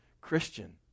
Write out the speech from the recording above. Christian